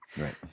Right